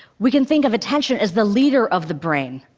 we can think of attention as the leader of the brain.